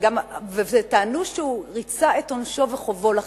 וגם טענו שהוא ריצה את עונשו ושילם את חובו לחברה.